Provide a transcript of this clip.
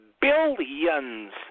billions